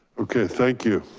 okay, thank you.